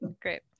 Great